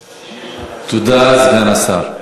תודה, סגן השר.